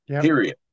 period